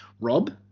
Rob